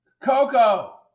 Coco